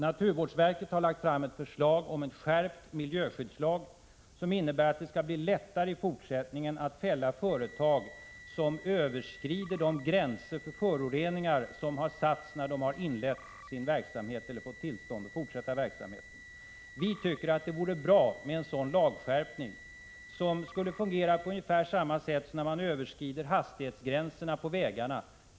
Naturvårdsverket har lagt fram ett förslag om skärpt miljöskyddslag, som innebär att det i fortsättningen skall bli lättare att fälla företag som överskrider de gränser för föroreningar som har satts när de har inlett sin verksamhet eller fått tillstånd att fortsätta den. Vi tycker att det vore bra med en lagskärpning som skulle fungera på ungefär samma sätt som när man överskrider hastighetsgränserna på vägarna.